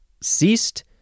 ceased